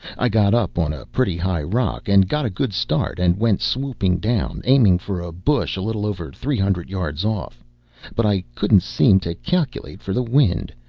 i got up on a pretty high rock, and got a good start, and went swooping down, aiming for a bush a little over three hundred yards off but i couldn't seem to calculate for the wind,